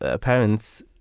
parents